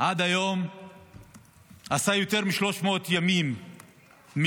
עד היום עשה יותר מ-300 ימי מילואים.